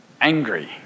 angry